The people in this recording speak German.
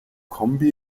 kombi